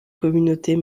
communautés